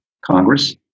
Congress